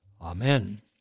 Amen